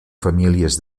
famílies